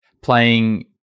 playing